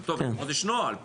לפחות יש נוהל.